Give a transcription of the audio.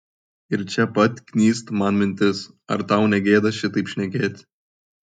ir čia pat knyst man mintis ar tau negėda šitaip šnekėti